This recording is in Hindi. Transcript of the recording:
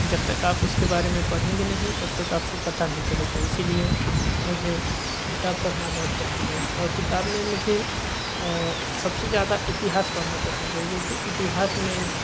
जब तक आप उसके बारे में पढ़ेंगे नहीं तब तक आपको पता नहीं चलेगा इसीलिए मुझे किताब पढ़ना बहुत पसंद है और किताब में मुझे सबसे ज़्यादा इतिहास पढ़ना पसंद है क्योंकि इतिहास में